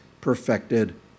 perfected